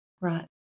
right